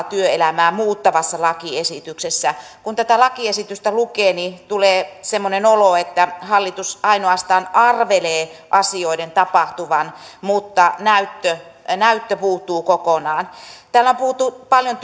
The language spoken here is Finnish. työelämää muuttavassa lakiesityksessä kun tätä lakiesitystä lukee niin tulee semmoinen olo että hallitus ainoastaan arvelee asioiden tapahtuvan mutta näyttö näyttö puuttuu kokonaan täällä on puhuttu paljon